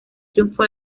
triunfo